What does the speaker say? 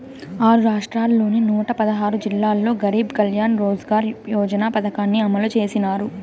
ఆరు రాష్ట్రాల్లోని నూట పదహారు జిల్లాల్లో గరీబ్ కళ్యాణ్ రోజ్గార్ యోజన పథకాన్ని అమలు చేసినారు